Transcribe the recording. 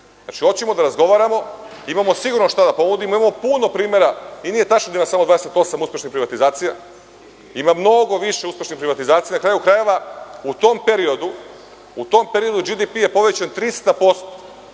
Znači, hoćemo da razgovaramo. Imamo sigurno šta da ponudimo. Imamo puno primera. Nije tačno da ima samo 28 uspešnih privatizacija. Ima mnogo više uspešnih privatizacija. Na kraju krajeva, u tom periodu GDP je povećan 300%,